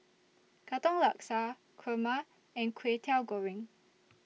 Katong Laksa Kurma and Kway Teow Goreng